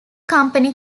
company